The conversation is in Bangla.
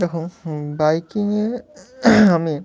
দেখুন বাইকিংয়ে আমি